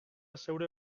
zeure